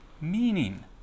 meaning